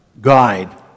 guide